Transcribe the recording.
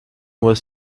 was